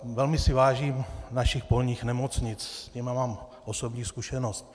Velmi si vážím našich polních nemocnic, s nimi mám osobní zkušenost.